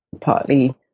partly